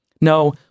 No